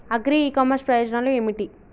Agri e commerce ప్రయోజనాలు ఏమిటి?